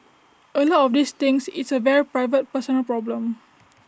A lot of these things it's A very private personal problem